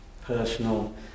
personal